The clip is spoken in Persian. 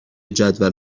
جدول